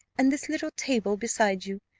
and this little table beside you,